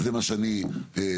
זה מה שאני רואה.